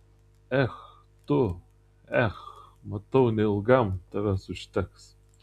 ech tu ech matau neilgam tavęs užteks